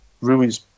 Rui's